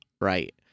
right